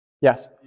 Yes